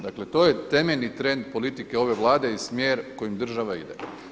Dakle to je temeljni trend politike ove Vlade i smjer kojim država ide.